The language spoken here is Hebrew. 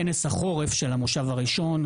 כנס החורף של המושב הראשון,